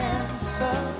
answer